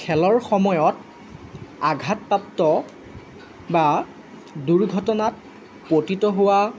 খেলৰ সময়ত আঘাতপ্ৰাপ্ত বা দুৰ্ঘটনাত পতিত হোৱা